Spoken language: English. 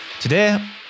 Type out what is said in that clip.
Today